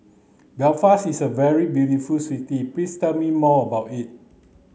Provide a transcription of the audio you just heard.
Belfast is a very beautiful city please tell me more about it